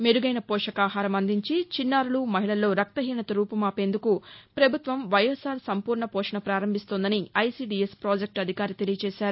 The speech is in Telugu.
మెరుగైన పోషకాహారం అందించి చిన్నారులు మహిళల్లో రక్తపీనత రూపుమాపేందుకు ప్రభుత్వం వైఎస్సార్ సంపూర్ణ పోషణ పారంభిస్తోందని ఐసీడీఎస్ పాజెక్టు అధికారి తెలియజేశారు